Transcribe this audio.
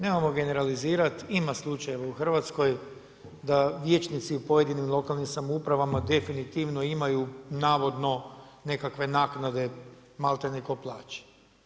Nemojmo generalizirati, ima slučaja u Hrvatskoj da vijećnici u pojedinim lokalnim samouprava definitivno imaju navodno nekakve naknade malti ne kao plaće.